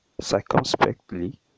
circumspectly